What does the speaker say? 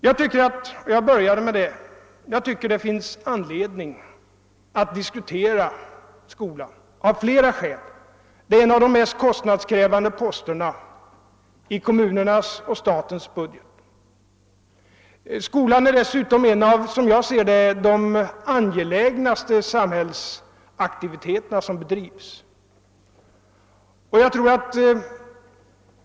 Jag tycker att det av flera skäl finns anledning att diskutera skolan. Skolan är en av de mest kostnadskrävande pos terna i kommunernas och statens budget. Skolan är dessutom enligt min uppfattning en av de angelägnaste samhällsaktiviteter som bedrivs.